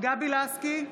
גבי לסקי,